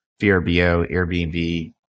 Airbnb